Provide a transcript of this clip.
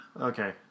Okay